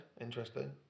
interesting